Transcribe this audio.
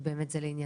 זה באמת לעניינם.